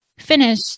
finish